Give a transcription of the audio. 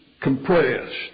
compressed